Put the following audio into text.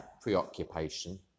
preoccupation